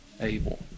able